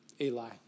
Eli